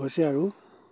হৈছে আৰু